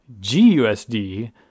GUSD